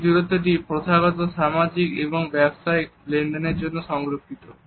এই দূরত্বটি প্রথাগত সামাজিক এবং ব্যবসায়িক লেনদেনের জন্য সংরক্ষিত